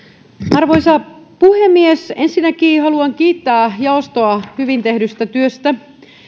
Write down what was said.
arvoisa puhemies ensinnäkin haluan kiittää jaostoa hyvin tehdystä työstä